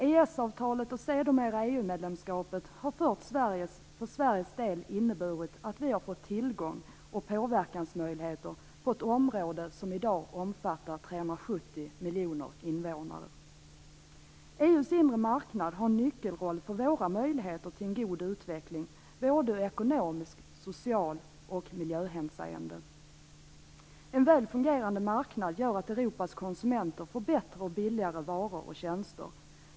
EES-avtalet, och sedermera EU-medlemskapet, har för Sveriges del inneburit att vi har fått tillgång till och påverkansmöjligheter på ett område som i dag omfattar 370 miljoner invånare. EU:s inre marknad har en nyckelroll för våra möjligheter till en god utveckling såväl ur ekonomiskt och socialt hänseende som ur miljöhänseende. En väl fungerande marknad gör att Europas konsumenter får bättre och billigare varor och tjänster.